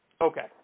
Okay